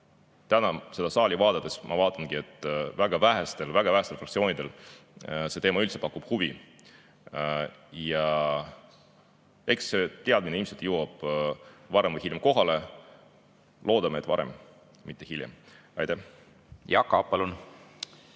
täna seda saali vaadates ma näen, et väga vähestele, väga vähestele fraktsioonidele see teema üldse pakub huvi. Ja eks see teadmine ilmselt jõuab varem või hiljem kohale. Loodame, et varem, mitte hiljem. Jaak Aab, palun!